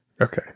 Okay